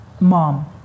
mom